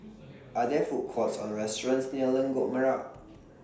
Are There Food Courts Or restaurants near Lengkok Merak